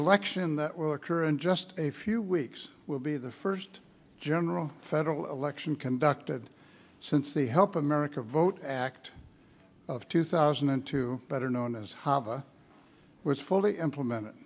election that will occur in just a few weeks will be the first general federal election conducted since the help america vote act of two thousand and two better known as hava was fully implemented